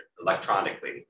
electronically